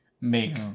make